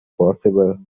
possible